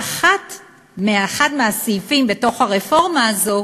ואחד מהסעיפים בתוך הרפורמה הזאת